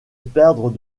perdre